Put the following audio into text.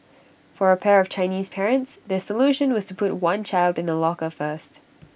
for A pair of Chinese parents their solution was to put one child in A locker first